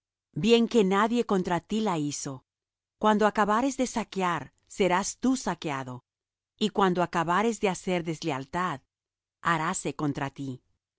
bien que nadie contra ti la hizo cuando acabares de saquear serás tú saqueado y cuando acabares de hacer deslealtad haráse contra ti